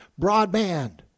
broadband